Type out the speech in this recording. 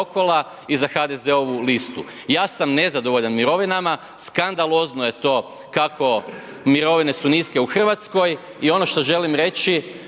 i za HDZ-ovu listu. Ja sam nezadovoljan mirovinama, skandalozno je to kako mirovine su niske u Hrvatskoj i ono što želim reći